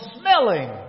smelling